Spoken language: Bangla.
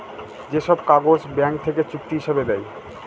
যে সব কাগজ ব্যাঙ্ক থেকে চুক্তি হিসাবে দেয়